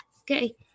Okay